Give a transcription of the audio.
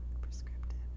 prescriptive